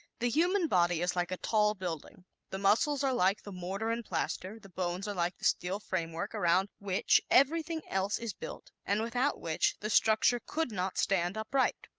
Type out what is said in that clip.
the human body is like a tall building the muscles are like the mortar and plaster, the bones are like the steel framework around which everything else is built and without which the structure could not stand upright.